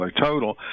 total